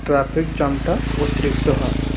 traffic জ্যামটা অতিরিক্ত হয়